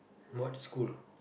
what school